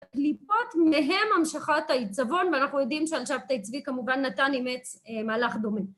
קליפות מהם המשכת ההעיצבון ואנחנו יודעים שעל שבתי צבי כמובן נתן אימץ מהלך דומה